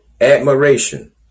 admiration